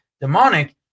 demonic